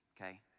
okay